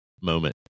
moment